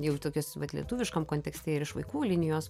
jau tokias vat lietuviškam kontekste ir iš vaikų linijos